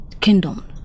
kingdom